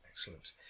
Excellent